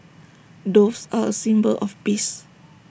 doves are A symbol of peace